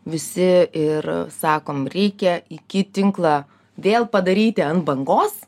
visi ir sakom reikia iki tinklą vėl padaryti ant bangos